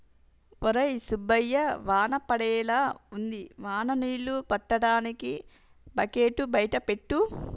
ఒరై సుబ్బయ్య వాన పడేలా ఉంది వాన నీళ్ళు పట్టటానికి బకెట్లు బయట పెట్టు